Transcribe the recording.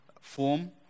form